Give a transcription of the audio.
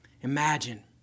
Imagine